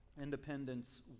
independence